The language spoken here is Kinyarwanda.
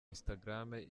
instagram